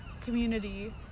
community